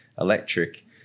electric